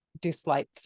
dislike